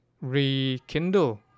rekindle